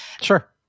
Sure